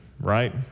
right